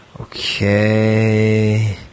Okay